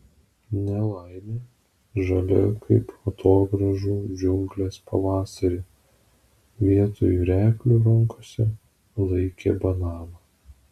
nelaimė žalia kaip atogrąžų džiunglės pavasarį vietoj replių rankose laikė bananą